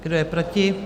Kdo je proti?